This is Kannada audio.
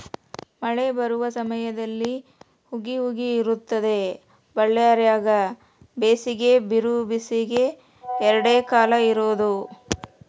ಮಳೆ ಬರುವ ಸಮಯದಲ್ಲಿ ಹುಗಿ ಹುಗಿ ಇರುತ್ತದೆ ಬಳ್ಳಾರ್ಯಾಗ ಬೇಸಿಗೆ ಬಿರುಬೇಸಿಗೆ ಎರಡೇ ಕಾಲ ಇರೋದು